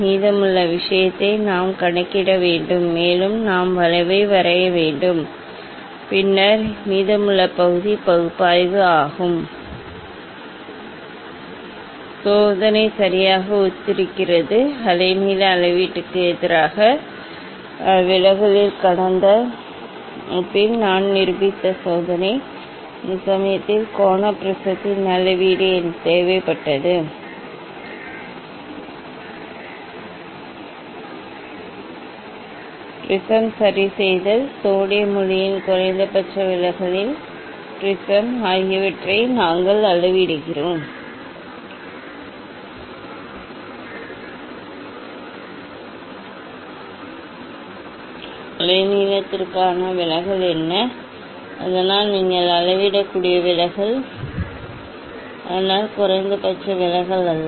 மீதமுள்ள விஷயத்தை நாம் கணக்கிட வேண்டும் மேலும் நாம் வளைவை வரைய வேண்டும் பின்னர் மீதமுள்ள பகுதி பகுப்பாய்வு ஆகும் சோதனை சரியாக ஒத்திருக்கிறது அலை நீள அளவீட்டுக்கு எதிராக விலகலில் கடந்த வகுப்பில் நாங்கள் நிரூபித்த சோதனை அந்த சமயத்தில் கோண ப்ரிஸத்தின் அளவீடு தேவைப்பட்டது நாங்கள் அளவிடுகிறோம் ப்ரிஸம் சரிசெய்தல் சோடியம் ஒளியின் குறைந்தபட்ச விலகலில் ப்ரிஸம் ஆகியவற்றை நாங்கள் அளவிடுகிறோம் மேலும் ப்ரிஸின் அந்த நிலைக்கு வெவ்வேறு அலைநீளத்திற்கான விலகல் என்ன அதனால் நீங்கள் அளவிடக்கூடிய விலகல் அதனால் குறைந்தபட்ச விலகல் அல்ல